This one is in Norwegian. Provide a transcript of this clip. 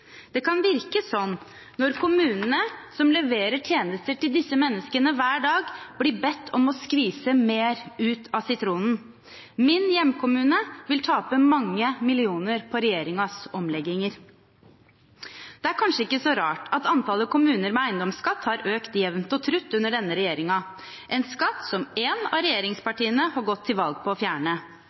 Det kan virke sånn når kommunene, som leverer tjenester til disse menneskene hver dag, blir bedt om å skvise mer ut av sitronen. Min hjemkommune vil tape mange millioner på regjeringens omlegginger. Det er kanskje ikke så rart at antallet kommuner med eiendomsskatt har økt jevnt og trutt under denne regjeringen, en skatt som et av regjeringspartiene har gått til valg på å fjerne.